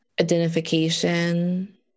identification